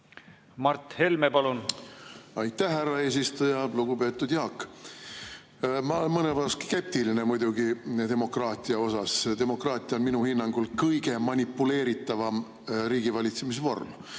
ajupesudega? Aitäh, härra eesistuja! Lugupeetud Jaak! Ma olen mõnevõrra skeptiline muidugi demokraatia suhtes. Demokraatia on minu hinnangul kõige manipuleeritavam riigivalitsemisvorm.